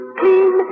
clean